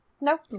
Nope